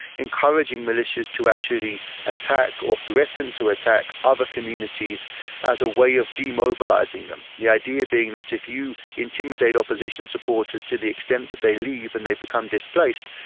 encouraging militias to actually attack or threaten to attack other communities as a way of demobilise in them, the idea being that if you intimidate opposition supporters to the extent that they leave and they become displaced,